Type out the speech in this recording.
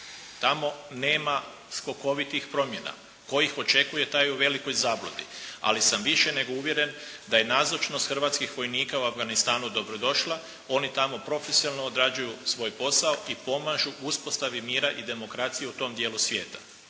Tamo nema skokovitih promjena. Tko ih očekuje taj u velikoj zabludi. Ali sam više nego uvjeren da je nazočnost hrvatskih vojnika u Afganistanu dobrodošla, oni tamo profesionalno odrađuju svoj posao i pomažu uspostavi mira i demokracije u tom dijelu svijeta.